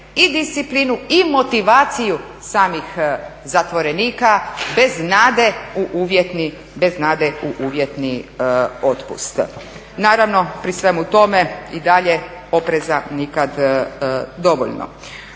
i disciplinu i motivaciju samih zatvorenika bez nade u uvjetni otpust. Naravno pri svemu tome i dalje opreza nikada dovoljno.